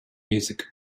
music